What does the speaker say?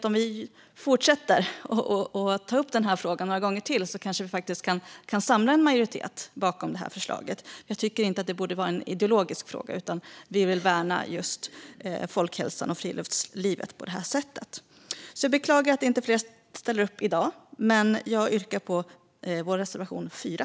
Om vi fortsätter att ta upp frågan några gånger till kanske vi faktiskt kan samla en majoritet bakom det här förslaget. Jag tycker inte att det borde vara en ideologisk fråga, utan det handlar om att vi vill värna folkhälsan och friluftslivet på det här sättet. Jag beklagar att inte fler ställer upp i dag, men jag yrkar bifall till vår reservation 4.